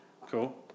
Cool